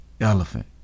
elephant